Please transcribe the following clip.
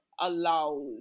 allows